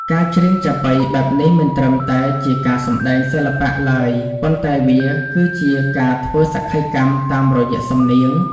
ការច្រៀងចាប៉ីបែបនេះមិនត្រឹមតែជាការសម្តែងសិល្បៈឡើយ ប៉ុន្តែវាគឺជាការធ្វើសក្ខីកម្មតាមរយ:សំនៀង។